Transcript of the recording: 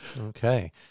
Okay